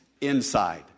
inside